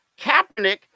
Kaepernick